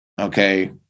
Okay